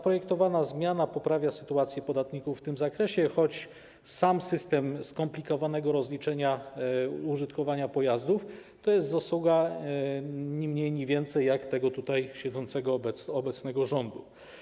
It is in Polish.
Projektowana zmiana poprawia sytuację podatników w tym zakresie, choć sam system skomplikowanego rozliczenia użytkowania pojazdów to jest zasługa ni mniej, ni więcej, tylko siedzącego tutaj, obecnego rządu.